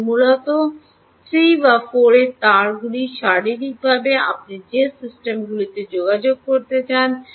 এটি মূলত 3 বা 4 তারগুলি শারীরিকভাবে আপনি যে সিস্টেমগুলিতে যোগাযোগ করতে চান